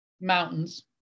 Mountains